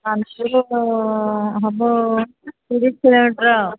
ନାନପୁରରୁ ହେବ ତିରିଶ କିଲୋମିଟର୍